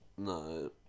No